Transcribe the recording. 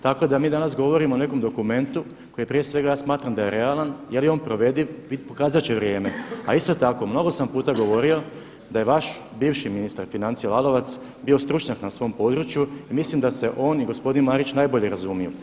Tako da mi danas govorimo o nekom dokumentu koji prije svega ja smatram da je realan, je li on provediv pokazat će vrijeme, a isto tako mnogo sam puta govorio da je vaš bivši ministar financija Lalovac bio stručnjak na svom području i mislim da se on i gospodin Marić najbolje razumiju.